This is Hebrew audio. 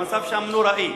המצב שם נוראי.